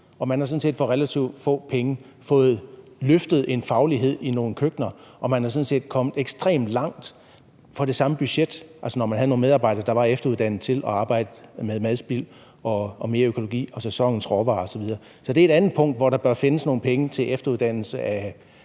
sådan set for relativt få penge fået løftet en faglighed i nogle køkkener, og man er sådan set kommet ekstremt langt for det samme budget, altså når man havde nogle medarbejdere, der var efteruddannet til at arbejde med madspild, mere økologi, sæsonens råvarer osv. Så det er et andet punkt, hvor der bør findes nogle penge, altså til efteruddannelse af